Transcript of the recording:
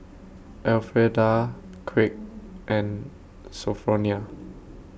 Elfreda Kraig and Sophronia